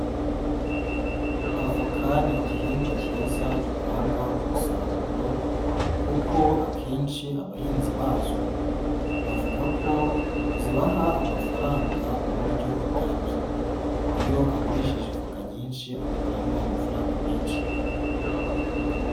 Avoka ni igihingwa cyiza gitanga umusaruro kuko akenshi abahinzi bazo bavuga ko zibaha amafaranga mu buryo utamenya, iyo agurishije voka nyinshi akuramo amafaranga menshi.